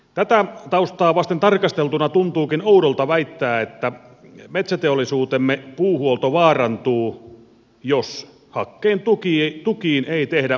tätä taustaa vasten tarkasteltuna tuntuukin oudolta väittää että metsäteollisuutemme puuhuolto vaarantuu jos hakkeen tukiin ei tehdä leikkauksia